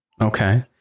Okay